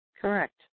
Correct